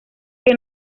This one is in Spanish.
que